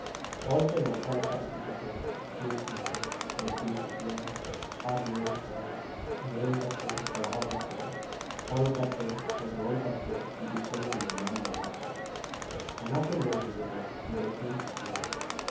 ᱚᱞᱛᱮ ᱢᱟᱨᱥᱟᱞ ᱟᱠᱟᱫ ᱤᱫᱤ ᱠᱟᱛᱮ ᱤᱧ ᱚᱱᱟᱛᱮ ᱵᱟᱹᱲᱛᱤᱧ ᱠᱩᱥᱤᱭᱟᱭᱟ ᱟᱨ ᱱᱩᱭᱟᱜ ᱚᱞ ᱧᱮᱞ ᱠᱟᱛᱮᱫ ᱯᱟᱲᱦᱟᱣ ᱠᱟᱛᱮ ᱚᱞ ᱠᱟᱛᱮ ᱨᱚᱲ ᱠᱟᱛᱮ ᱫᱤᱥᱚᱢᱤᱧ ᱧᱮᱞ ᱧᱟᱢ ᱫᱟᱲᱮᱭᱟᱜ ᱠᱟᱱᱟ ᱚᱱᱟᱛᱮ ᱱᱩᱭ ᱦᱤᱨᱳ ᱫᱚ ᱵᱟᱹᱲᱛᱤᱧ ᱠᱩᱥᱤᱭᱟᱭᱟ